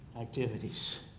activities